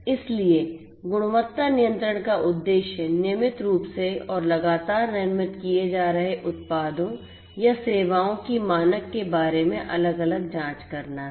इसलिए गुणवत्ता नियंत्रण का उद्देश्य नियमित रूप से और लगातार निर्मित किए जा रहे उत्पादों या सेवाओं की मानक के बारे में अलग अलग जांच करना है